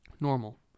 normal